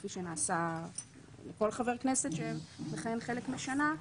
כפי שנעשה לכל חבר כנסת שמכהן חלק משנה,